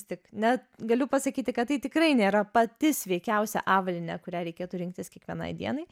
tik net galiu pasakyti kad tai tikrai nėra pati sveikiausia avalynė kurią reikėtų rinktis kiekvienai dienai